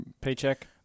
paycheck